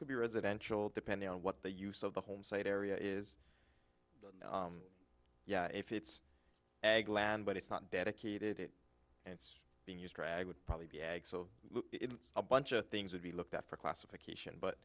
could be residential depending on what the use of the home site area is but yeah if it's ag land but it's not dedicated it's being used drag would probably be ag so it's a bunch of things would be looked at for classification but